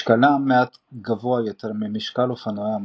משקלם מעט גבוה יותר ממשקל אופנועי המוטוקרוס.